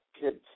Kids